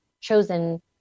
chosen